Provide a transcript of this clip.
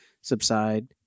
subside